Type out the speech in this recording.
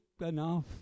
enough